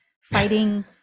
fighting